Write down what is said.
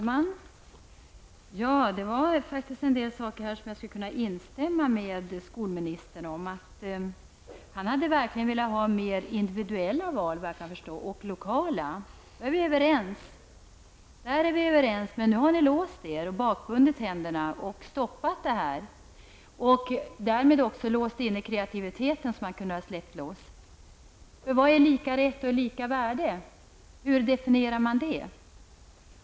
Herr talman! Det finns faktiskt en del som jag skulle kunna instämma med statsrådet i. Han hade -- vad jag kan förstå -- verkligen velat ha mer individuella och lokala val. Där är vi överens. Men nu har ni låst er. Ni har bakbundit händerna och stoppat detta. Ni har därmed också låst in den kreativitet som man skulle ha kunnat släppa loss. Vad är lika rätt och lika värde? Hur definierar men det?